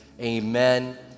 amen